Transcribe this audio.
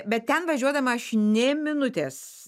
bet ten važiuodama aš nė minutės